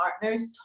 partners